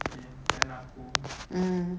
okay then aku